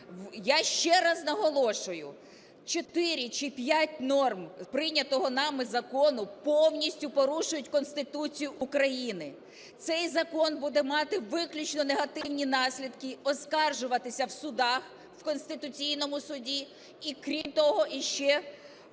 Я ще раз наголошую, чотири чи п'ять норм прийнятого нами закону повністю порушують Конституцію України. Цей закон буде мати виключно негативні наслідки, оскаржуватися в судах, в Конституційному Суді. І, крім того, ще